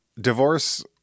divorce